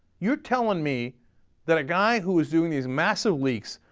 you're telling me that a guy who was doing these massive leaks,